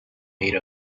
made